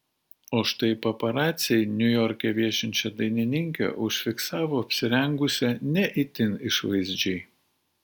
o štai paparaciai niujorke viešinčią dainininkę užfiksavo apsirengusią ne itin išvaizdžiai